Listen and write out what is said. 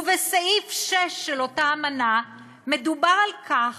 ובסעיף 6 של אותה אמנה מדובר על כך